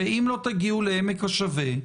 ואם לא תגיעו לעמק השווה,